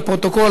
לפרוטוקול,